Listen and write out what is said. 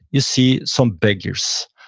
you see some beggars.